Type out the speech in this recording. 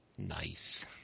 Nice